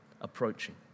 approaching